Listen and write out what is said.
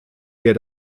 der